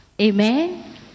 amen